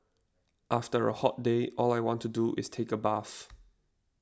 after a hot day all I want to do is take a bath